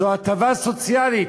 זו הטבה סוציאלית.